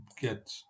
get